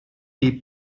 die